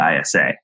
ISA